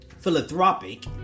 philanthropic